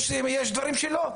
יש דברים שלא.